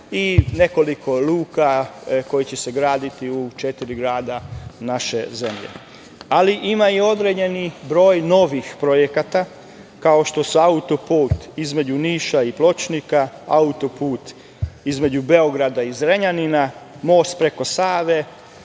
i nekoliko luka koje će se graditi u četiri grada naše zemlje. Ima i određenih broj novih projekata kao što su auto-put između Niša i Pločnika, auto-put između Beograda i Zrenjanina, most preko Save,